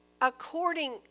according